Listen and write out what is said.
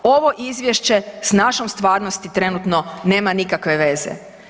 Ovo izvješće s našom stvarnosti trenutno nema nikakve veze.